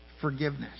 forgiveness